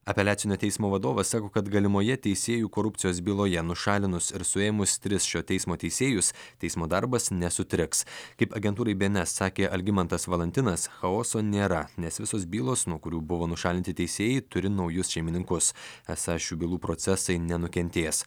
apeliacinio teismo vadovas sako kad galimoje teisėjų korupcijos byloje nušalinus ir suėmus tris šio teismo teisėjus teismo darbas nesutriks kaip agentūrai bns sakė algimantas valantinas chaoso nėra nes visos bylos nuo kurių buvo nušalinti teisėjai turi naujus šeimininkus esą šių bylų procesai nenukentės